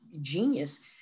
genius